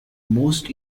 most